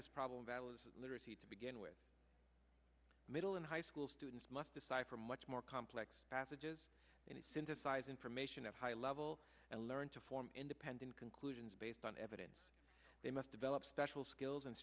this problem that was literacy to begin with made in high school students must decipher much more complex passages and synthesize information at high level and learn to form independent conclusions based on evidence they must develop special skills and